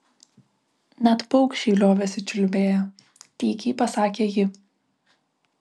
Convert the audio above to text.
net paukščiai liovėsi čiulbėję tykiai pasakė ji